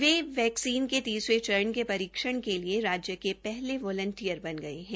वे vaccine के तीसरे सचरण के परीक्षण के लिए राज्य के पहले वलंटियर बन गये है